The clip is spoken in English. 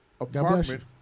apartment